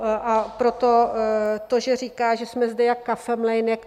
A proto to, že říká, že jsme zde jak kafemlejnek...